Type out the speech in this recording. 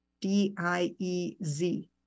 d-i-e-z